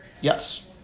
Yes